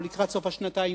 או לקראת סוף השנתיים,